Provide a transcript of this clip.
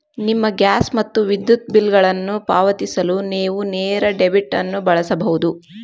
ನಿಮ್ಮ ಗ್ಯಾಸ್ ಮತ್ತು ವಿದ್ಯುತ್ ಬಿಲ್ಗಳನ್ನು ಪಾವತಿಸಲು ನೇವು ನೇರ ಡೆಬಿಟ್ ಅನ್ನು ಬಳಸಬಹುದು